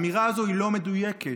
האמירה הזאת לא מדויקת,